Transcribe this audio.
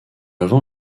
avant